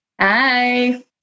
Hi